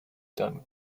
done